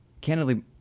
candidly